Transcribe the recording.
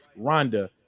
Rhonda